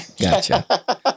gotcha